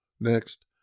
Next